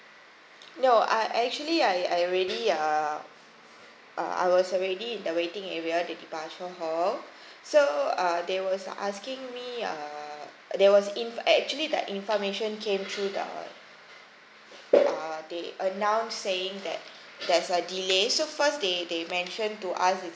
no I actually I I already uh uh I was already in the waiting area the departure hall so uh they were asking me uh they was in~ actually the information came through the uh they announced saying that there's a delay so first they they mentioned to us it's